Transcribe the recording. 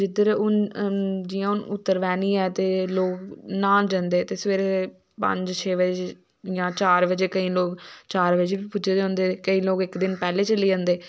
जिध्दर हुन जियां हुन उत्तरवैनी ऐ ते लोक न्हांन जंदे ते सवेरे पंज छे बज़े जां चार बज़े केई लोग चार बज़े बी पुज्जे दे होंदे केई लोग इक दिन पैह्लैं चली जंदे